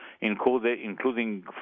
including